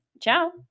Ciao